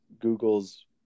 Google's